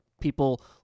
people